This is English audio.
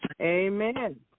Amen